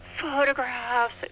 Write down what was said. photographs